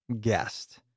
guest